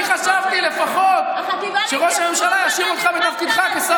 אני חשבתי לפחות שראש הממשלה ישאיר אותך בתפקידך כשר